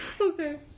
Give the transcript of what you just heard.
Okay